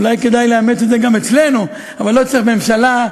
אולי כדאי לאמץ את זה גם אצלנו: לא צריך ממשלה,